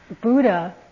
Buddha